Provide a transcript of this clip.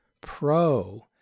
Pro